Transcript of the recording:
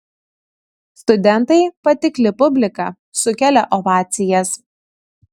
studentai patikli publika sukelia ovacijas